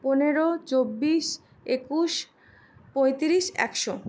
পনেরো চব্বিশ একুশ পঁয়তিরিশ একশো